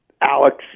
Alex